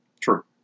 True